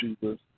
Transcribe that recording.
Jesus